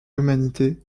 humanité